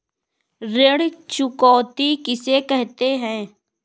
ऋण चुकौती किसे कहते हैं?